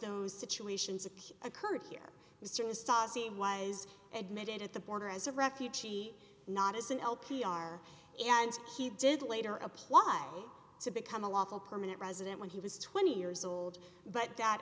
those situations it occurred here was in the stasi was admitted at the border as a refugee not as an l p r and he did later apply to become a lawful permanent resident when he was twenty years old but that